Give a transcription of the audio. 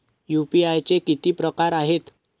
UPI चे किती प्रकार आहेत?